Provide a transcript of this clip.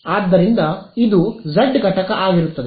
ಆದ್ದರಿಂದ ಇದು z ಘಟಕ ಆಗಿರುತ್ತದೆ